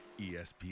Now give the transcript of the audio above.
espn